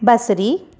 बसरी